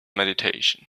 meditation